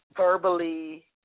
verbally